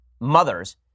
mothers